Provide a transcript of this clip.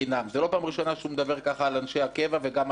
זה לא פעם ראשונה שהוא מדבר כך על אנשי הקבע ועל החיילים,